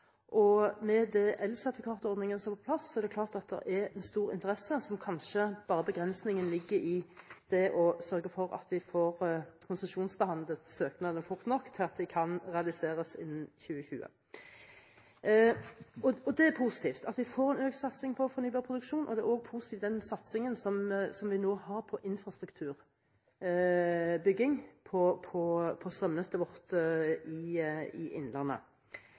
og med den elsertifikatordningen som er på plass, er det klart at det er stor interesse. Begrensningen ligger kanskje bare i det å sørge for at vi får konsesjonsbehandlet søknadene fort nok til at de kan realiseres innen 2020. At vi får en økt satsing på fornybar produksjon, er positivt, og det er også positivt med den satsingen vi har på infrastrukturbygging på strømnettet vårt i innlandet.